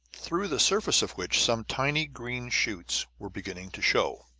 through the surface of which some tiny green shoots were beginning to show.